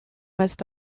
must